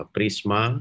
Prisma